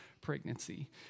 pregnancy